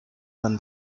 than